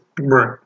right